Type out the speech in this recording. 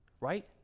right